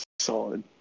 solid